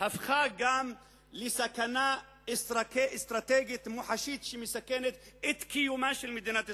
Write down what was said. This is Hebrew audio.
הפכו גם לסכנה אסטרטגית מוחשית שמסכנת את קיומה של מדינת ישראל,